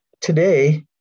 today